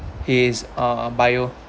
his uh bio